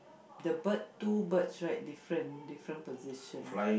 the bird two birds right different different position